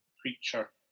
Creature